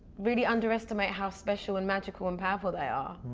really underestimate how special and magical and powerful they are.